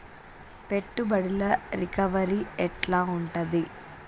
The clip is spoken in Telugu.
పెట్టుబడుల రికవరీ ఎట్ల ఉంటది?